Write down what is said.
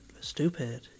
stupid